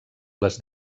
les